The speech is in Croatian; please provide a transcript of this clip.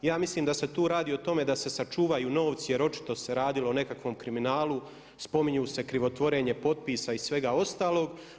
I ja mislim da se tu radi o tome da se sačuvaju novci jer očito se radilo o nekakvom kriminalu, spominju se krivotvorenje potpisa i svega ostalog.